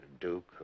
Duke